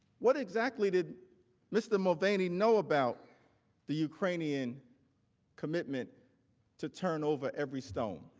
what exactly did mr. mulvaney know about the ukrainian commitment to turn over every stone?